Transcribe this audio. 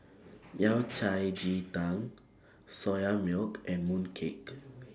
Yao Cai Ji Tang Soya Milk and Mooncake